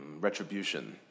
Retribution